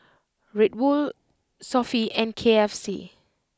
Red Bull Sofy and K F C